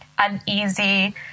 uneasy